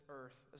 earth